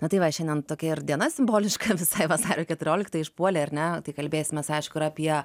tai va šiandien tokia ir diena simboliška visai vasario keturiolikta išpuolė ar ne tai kalbėsimės aišku ir apie